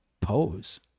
pose